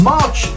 March